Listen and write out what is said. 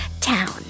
town